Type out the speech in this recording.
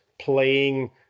playing